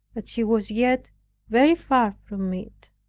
that she was yet very far from it.